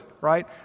right